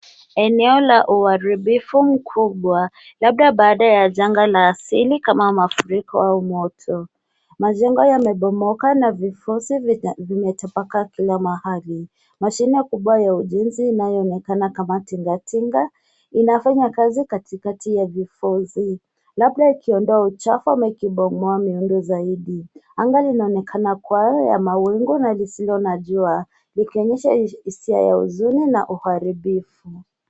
Eneo la uaribifu mkubwa, labda baada ya janga la asili kama mafuriko au moto. Majengo yamebomoka na vifusi vimetapakaa kila mahali. Mashine kubwa ya ujenzi inayoonekana kama tinga tinga inafanya kazi katikati ya vifusi. Labda ikiondoa uchafu ama ikibomoa miundo zaidi. Anga linaonekana kuwa ya mawingu na lisilo na jua, likionyesha hisia ya huzuni na uharibifu.